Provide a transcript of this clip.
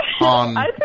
on